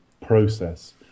process